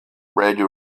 ready